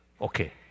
Okay